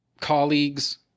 colleagues